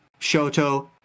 Shoto